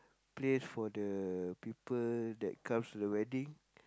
place for the people that comes to the wedding